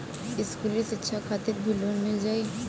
इस्कुली शिक्षा खातिर भी लोन मिल जाई?